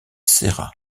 serra